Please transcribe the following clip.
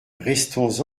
restons